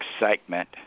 excitement